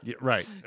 Right